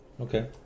Okay